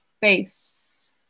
face